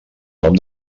nom